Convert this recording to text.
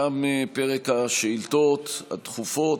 תם פרק השאילתות הדחופות.